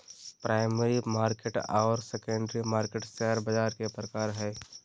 primary market आर secondary market share बाज़ार के प्रकार हइ